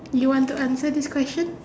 you want to answer this question